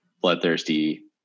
bloodthirsty